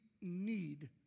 need